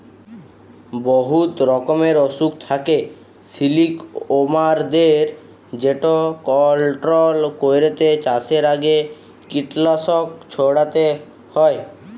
বহুত রকমের অসুখ থ্যাকে সিলিকওয়ার্মদের যেট কলট্রল ক্যইরতে চাষের আগে কীটলাসক ছইড়াতে হ্যয়